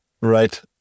right